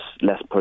less